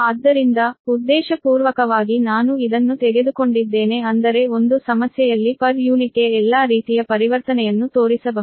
ಆದ್ದರಿಂದ ಉದ್ದೇಶಪೂರ್ವಕವಾಗಿ ನಾನು ಇದನ್ನು ತೆಗೆದುಕೊಂಡಿದ್ದೇನೆ ಅಂದರೆ ಒಂದು ಸಮಸ್ಯೆಯಲ್ಲಿ ಪ್ರತಿ ಘಟಕಕ್ಕೆ ಎಲ್ಲಾ ರೀತಿಯ ಪರಿವರ್ತನೆಯನ್ನು ತೋರಿಸಬಹುದು